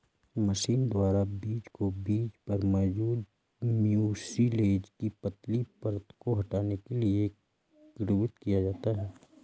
machine द्वारा बीज को बीज पर मौजूद म्यूसिलेज की पतली परत को हटाने के लिए किण्वित किया जाता है